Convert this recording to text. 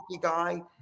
guy